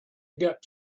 get